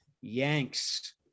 Yanks